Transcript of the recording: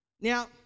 Now